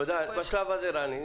רני, תודה בשלב זה.